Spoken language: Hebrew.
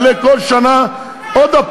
שהנושא של שכר חברי הכנסת יעלה כל שנה עוד הפעם,